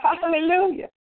Hallelujah